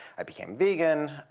i became vegan.